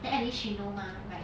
then at least she know mah right